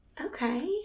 Okay